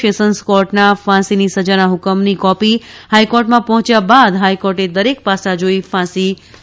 sessions કોર્ટના ફાંસીની સજાનાહ્કમની કોપી હાઇકોર્ટમાં પહોંચ્યા બાદ હાઇકોર્ટે દરેક પાસા જોઇ ફાંસી યથાવત રાખીછે